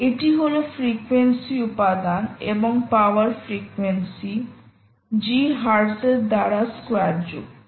এটি হল ফ্রিকোয়েন্সি উপাদান এবং পাওয়ার ফ্রিকোয়েন্সি G হার্টজ এর দ্বারা স্কোয়ারযুক্ত